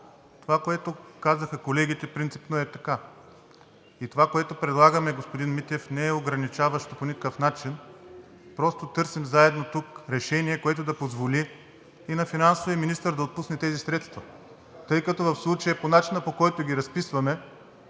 Това, което казаха колегите, принципно е така и това, което предлагаме, господин Митев, не е ограничаващо по никакъв начин. Просто търсим заедно тук решение, което да позволи и на финансовия министър да отпусне тези средства, тъй като в случая по начина, по който ги разписваме